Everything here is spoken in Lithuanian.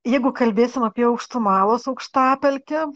jeigu kalbėsim apie aukštumalos aukštapelkę